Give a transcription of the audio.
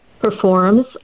performs